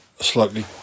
slightly